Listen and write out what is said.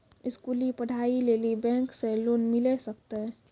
स्कूली पढ़ाई लेली बैंक से लोन मिले सकते?